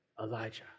Elijah